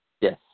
Yes